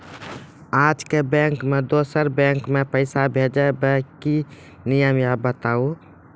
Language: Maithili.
आजे के बैंक से दोसर बैंक मे पैसा भेज ब की नियम या बताबू?